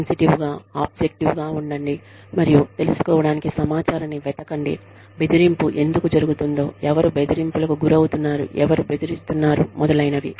sensitive గా ఆబ్జెక్టివ్గా ఉండండి మరియు తెలుసుకోవడానికి సమాచారాన్ని వెతకండి బెదిరింపు ఎందుకు జరుగుతుందో ఎవరు బెదిరింపులకు గురవుతున్నారు ఎవరు బెదిరిస్తున్నారు మొదలైనవి